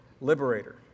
liberator